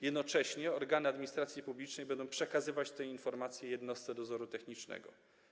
Jednocześnie organy administracji publicznej będą przekazywać te informacje jednostce dozoru technicznego.